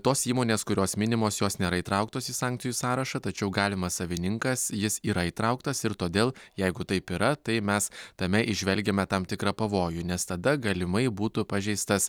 tos įmonės kurios minimos jos nėra įtrauktos į sankcijų sąrašą tačiau galimas savininkas jis yra įtrauktas ir todėl jeigu taip yra tai mes tame įžvelgiame tam tikrą pavojų nes tada galimai būtų pažeistas